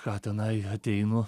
ką tenai ateinu